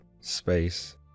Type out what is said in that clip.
space